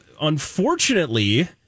Unfortunately